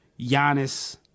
Giannis